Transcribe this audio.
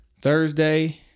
Thursday